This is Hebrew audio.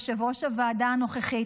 יושב-ראש הוועדה הנוכחית,